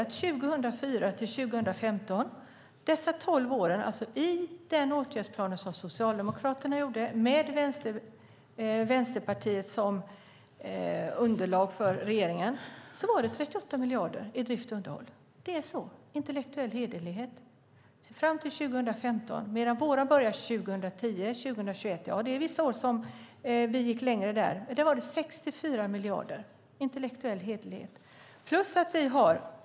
För 2004-2015, i den åtgärdsplan som Socialdemokraterna gjorde med Vänsterpartiet som underlag för regeringen, var det 38 miljarder till drift och underhåll. Det är intellektuell hederlighet. Det var fram till 2015. Vår plan börjar 2010 och går till 2021, och det var vissa år som vi gick längre. Då är det 64 miljarder. Det är intellektuell hederlighet.